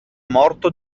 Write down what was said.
morto